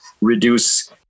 reduce